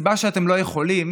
והסיבה שאתם לא יכולים